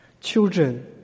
children